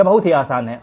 यह बहुत आसान है